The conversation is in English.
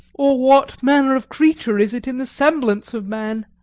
or what manner of creature is it in the semblance of man?